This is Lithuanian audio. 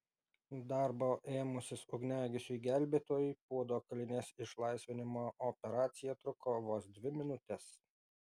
darbo ėmusis ugniagesiui gelbėtojui puodo kalinės išlaisvinimo operacija truko vos dvi minutes